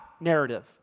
narrative